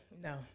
No